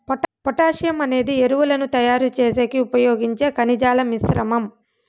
potassium అనేది ఎరువులను తయారు చేసేకి ఉపయోగించే ఖనిజాల మిశ్రమం